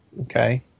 okay